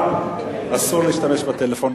גם אסור להשתמש בפלאפון,